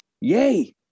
yay